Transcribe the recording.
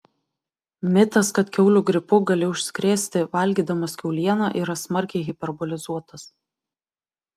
mitas kad kiaulių gripu gali užsikrėsti valgydamas kiaulieną yra smarkiai hiperbolizuotas